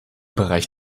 bereich